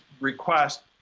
request